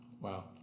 Wow